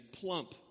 plump